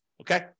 okay